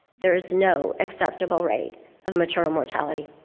there is no acceptable rate of maternal mortality.